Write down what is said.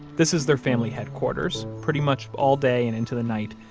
this is their family headquarters. pretty much all day and into the night,